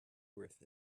worth